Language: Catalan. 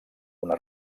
una